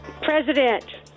President